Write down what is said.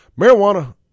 Marijuana